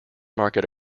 market